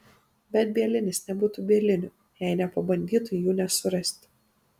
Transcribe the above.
bet bielinis nebūtų bieliniu jei nepabandytų jų nesurasti